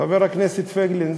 חבר הכנסת פייגלין,